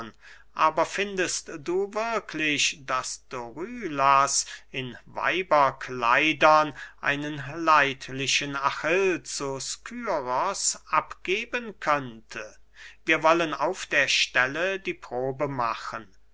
aber findest du wirklich daß dorylas in weiberkleidern einen leidlichen achill zu skyros abgeben könnte wir wollen auf der stelle die probe machen